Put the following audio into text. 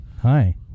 Hi